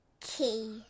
Key